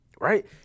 Right